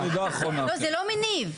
זה לא מניב.